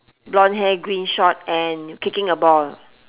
blonde hair green short and kicking a ball